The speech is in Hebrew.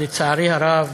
שלצערי הרב,